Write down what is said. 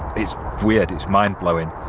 it's weird, it's mind-blowing.